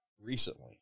recently